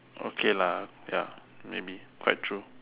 okay lah ya maybe quite true